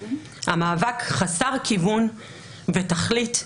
המאבק חסר כיוון ותכלית,